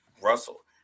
Russell